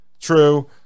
true